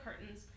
curtains